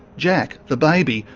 jack, the baby,